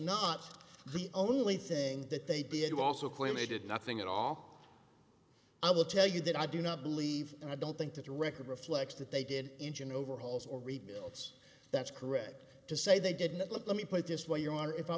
not the only thing that they did also claim they did nothing at all i will tell you that i do not believe and i don't think that the record reflects that they did engine overhauls or rebuilds that's correct to say they did not let me put it this way your honor if i